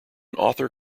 author